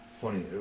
funny